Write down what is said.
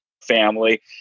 family